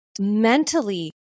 mentally